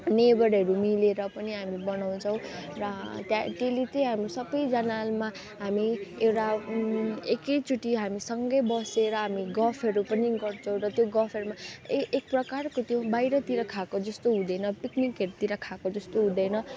नेभरहरू मिलेर पनि हामी बनाउछौँ र त्यहाँ डेली चाहिँ हाम्रो सबैजनामा हामी एउटा एकैचोटि हामी सँगै बसेर हामी गफहरू पनि गर्छौँ र त्यो गफहरूमा ए एक प्रकारको त्यो बाहिरतिर खाएको जस्तो हुँदैन पिक्निकहरूतिर खाएको जस्तो हुँदैन